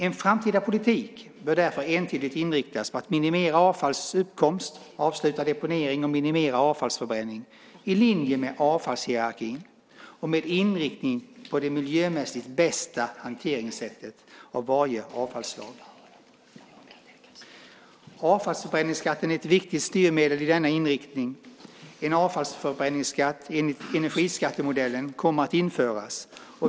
En framtida politik bör därför entydigt inriktas på att minimera avfalls uppkomst, avsluta deponering och minimera avfallsförbränning i linje med avfallshierarkin och med inriktning på det miljömässigt bästa hanteringssättet för varje avfallsslag. Avfallsförbränningsskatten är ett viktigt styrmedel i denna riktning. En avfallsförbränningsskatt enligt energiskattemodellen kommer att införas.